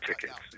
tickets